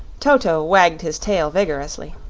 toto wagged his tail vigorously.